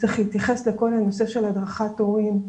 צריך להתייחס לכל הנושא של הדרכת הורים,